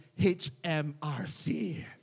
HMRC